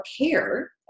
care